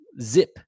zip